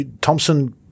Thompson